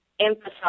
emphasize